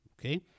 Okay